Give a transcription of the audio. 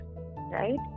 right